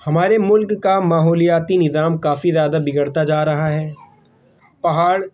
ہمارے ملک کا ماحولیاتی نظام کافی زیادہ بگڑتا جا رہا ہے پہاڑ